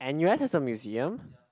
N_U_S has a museum